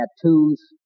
tattoos